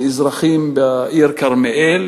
לאזרחים בעיר כרמיאל,